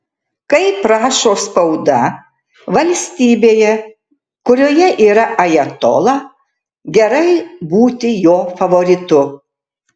kaip rašo spauda valstybėje kurioje yra ajatola gerai būti jo favoritu